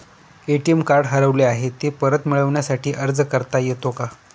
ATM card हरवले आहे, ते परत मिळण्यासाठी अर्ज करता येतो का?